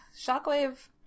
shockwave